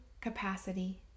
capacity